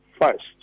first